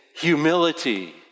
humility